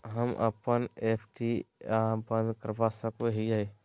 हम अप्पन एफ.डी आ बंद करवा सको हियै